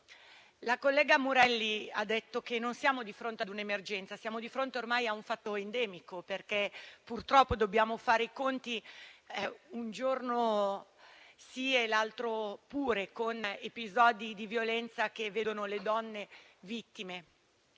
La collega Murelli ha detto che non siamo di fronte a un'emergenza, ma, ormai, a un fatto endemico, perché purtroppo dobbiamo fare i conti, un giorno sì e l'altro pure, con episodi di violenza che vedono le donne vittime.